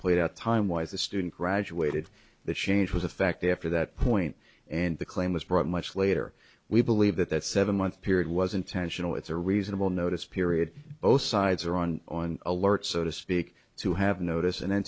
played out time wise the student graduated that change was a fact after that point and the claim was brought much later we believe that that seven month period was intentional it's a reasonable notice period both sides are on on alert so to speak to have notice and then